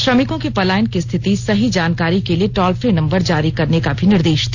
श्रमिकों के पलायन की स्थिति सही जानकारी के लिए टोल फ्री नम्बर जारी करने का भी निर्देश दिया